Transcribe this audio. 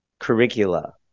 curricula